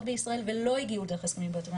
בישראל ולא הגיעו דרך הסכמים בלטרליים,